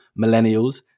millennials